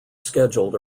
scheduled